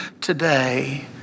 today